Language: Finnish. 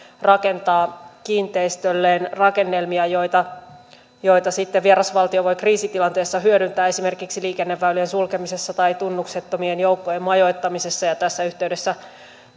rakentaa kiinteistölleen rakennelmia joita joita sitten vieras valtio voi kriisitilanteessa hyödyntää esimerkiksi liikenneväylien sulkemisessa tai tunnuksettomien joukkojen majoittamisessa ja tässä yhteydessä